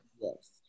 Yes